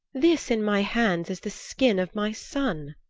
this in my hands is the skin of my son.